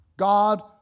God